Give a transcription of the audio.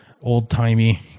old-timey